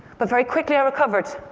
but very quickly i recovered.